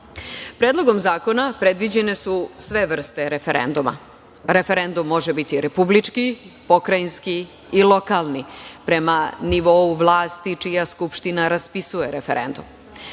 birača. Predlogom zakona predviđene su sve vrste referenduma. Referendum može biti republički, pokrajinski i lokalni, prema nivou vlasti čija skupština raspisuje referendum.